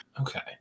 Okay